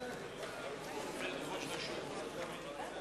התשס"ט 2009, נתקבל.